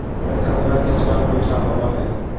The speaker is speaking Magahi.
शकरकंदवा के स्वाद मीठा होबा हई